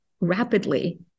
rapidly